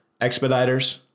expediters